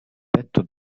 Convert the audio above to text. petto